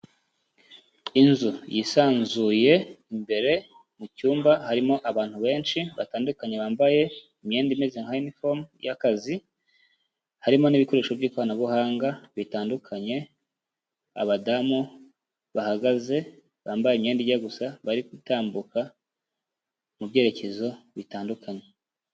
Inzu yisanzuye imbere mu cyumba harimo abantu benshi batandukanye bambaye imyenda imeze nka uniform y'akazi, harimo n'ibikoresho by'ikoranabuhanga bitandukanye, abadamu bahagaze, bambaye imyenda ijya gusa, bari gutambuka mu byerekezo bitandukanye.